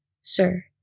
Sir